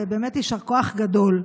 ובאמת יישר כוח גדול.